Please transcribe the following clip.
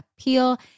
appeal